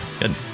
Good